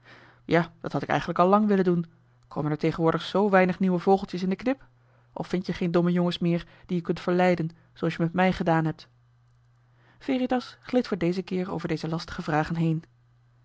ja dat had ik eigenlijk al lang willen doen komen er tegenwoordig zoo weinig nieuwe vogeltjes in de knip of vind-je geen domme jongens meer die je kunt verleiden zooals je met mij gedaan hebt veritas gleed voor dezen keer over deze lastige vragen heen